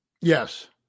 Yes